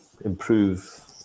improve